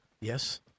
Yes